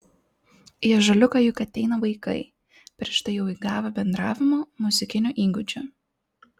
į ąžuoliuką juk ateina vaikai prieš tai jau įgavę bendravimo muzikinių įgūdžių